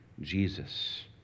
Jesus